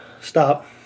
Stop